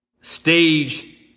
stage